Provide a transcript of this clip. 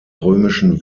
römischen